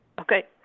Okay